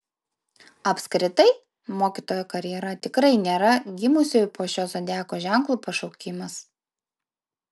apskritai mokytojo karjera tikrai nėra gimusiųjų po šiuo zodiako ženklu pašaukimas